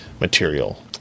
material